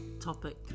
topic